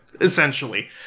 Essentially